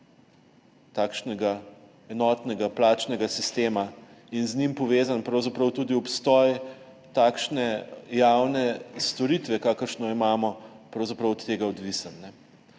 takšnega enotnega plačnega sistema in z njim povezan pravzaprav tudi obstoj takšne javne storitve, kakršno imamo, pravzaprav od tega odvisen.